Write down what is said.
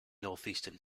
northeastern